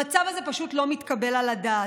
המצב הזה פשוט לא מתקבל על הדעת.